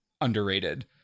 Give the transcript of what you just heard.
underrated